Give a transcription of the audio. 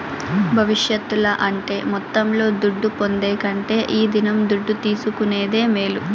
భవిష్యత్తుల అంటే మొత్తంలో దుడ్డు పొందే కంటే ఈ దినం దుడ్డు తీసుకునేదే మేలు